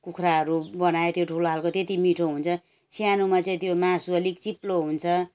कुखुराहरू बनाए त्यो ठुलो खाले त्यति मिठो हुन्छ सानोमा चाहिँ त्यो मासु अलिक चिप्लो हुन्छ